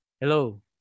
Hello